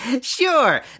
Sure